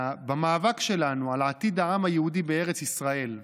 במאבק שלנו על עתיד העם היהודי בארץ ישראל,